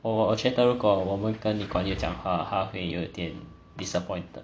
我觉得如果我们跟 lee kuan yew 讲话他会有点 disappointed